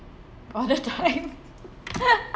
all the time